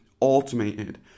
automated